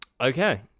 okay